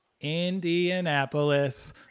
Indianapolis